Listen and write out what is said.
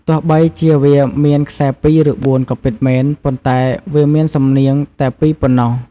ទោះបីជាវាមានខ្សែ២ ឬ ៤ ក៏ពិតមែន ប៉ុន្តែវាមានសំនៀងតែ ២ ប៉ុណ្ណោះ។